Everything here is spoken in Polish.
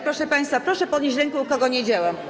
Proszę państwa, proszę podnieść rękę, u kogo nie działa.